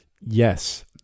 Yes